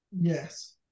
Yes